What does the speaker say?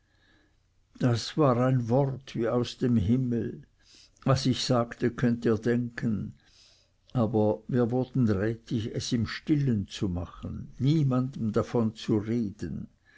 das war ein wort wie aus dem himmel was ich sagte könnt ihr denken aber wir wurden rätig es im stillen zu machen niemanden davon zu reden